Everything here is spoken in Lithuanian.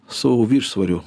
su viršsvoriu